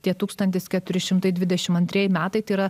tie tūkstantis keturi šimtai dvidešimt antrieji metai tai yra